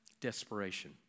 Desperation